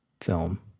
film